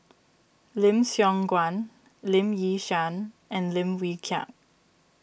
Lim Siong Guan Lee Yi Shyan and Lim Wee Kiak